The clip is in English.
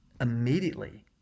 immediately